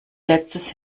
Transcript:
letztes